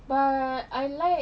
but I like